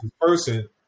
person